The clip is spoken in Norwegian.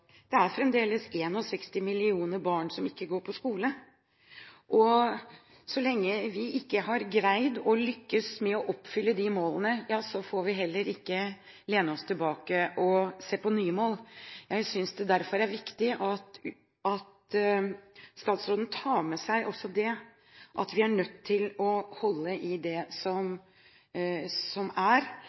ikke går på skole. Så lenge vi ikke har greid å lykkes med å oppfylle de målene, får vi heller ikke lene oss tilbake og se på nye mål. Jeg synes det derfor er viktig at statsråden tar med seg det også, at vi er nødt til å holde i det som er,